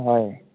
হয়